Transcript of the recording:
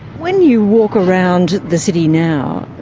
when you walk around the city now,